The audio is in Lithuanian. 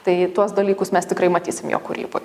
tai tuos dalykus mes tikrai matysim jo kūryboj